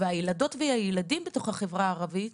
הילדות והילדים בתוך החברה הערבית,